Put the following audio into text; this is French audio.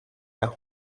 cas